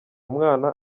mwana